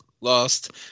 Lost